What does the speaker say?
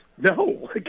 No